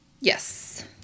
Yes